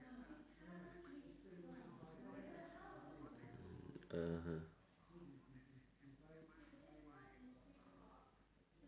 mm (uh huh)